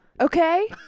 Okay